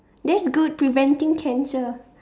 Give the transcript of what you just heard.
that's good preventing cancer